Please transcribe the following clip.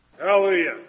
Hallelujah